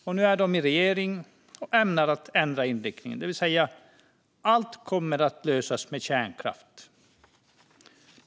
Och nu är de i regering och ämnar ändra inriktningen, det vill säga att allt kommer att lösas med kärnkraft.